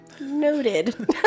Noted